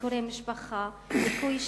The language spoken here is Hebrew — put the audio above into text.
ביקורי משפחה, ניכוי שליש,